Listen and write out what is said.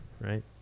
right